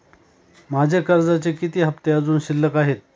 माझे कर्जाचे किती हफ्ते अजुन शिल्लक आहेत?